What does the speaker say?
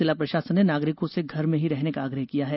जिला प्रशासन ने नागरिकों से घर में ही रहने का आग्रह किया है